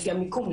לפי המיקום,